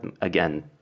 again –